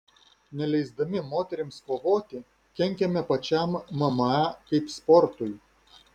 neleisdami moterims kovoti kenkiame pačiam mma kaip sportui